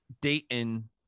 Dayton